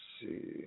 see